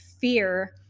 fear